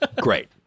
Great